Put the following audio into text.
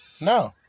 No